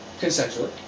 consensually